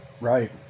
Right